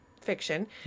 fiction